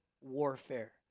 warfare